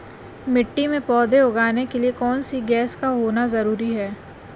मिट्टी में पौधे उगाने के लिए कौन सी गैस का होना जरूरी है?